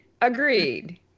Agreed